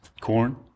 Corn